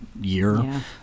year